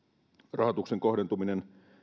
rahoituksen kohdentuminen